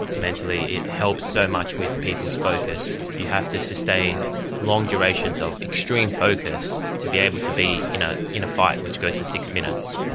mentally. it helps so much with people's focus. you have to sustain long durations of extreme focus to be able to be in ah in a fight which goes for six minutes.